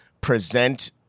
present